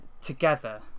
together